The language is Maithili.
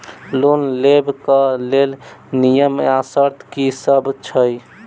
लोन लेबऽ कऽ लेल नियम आ शर्त की सब छई?